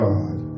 God